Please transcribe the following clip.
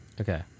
Okay